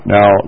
Now